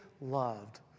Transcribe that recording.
loved